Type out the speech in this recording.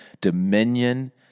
dominion